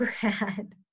grad